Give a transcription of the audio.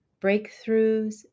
Breakthroughs